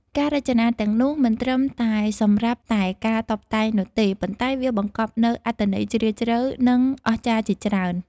ការរចនាទាំងនោះមិនត្រឹមតែសម្រាប់តែការតុបតែងនោះទេ ប៉ុន្តែវាបង្កប់នូវអត្ថន័យជ្រាលជ្រៅនិងអស្ចារ្យជាច្រើន។